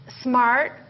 smart